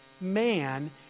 Man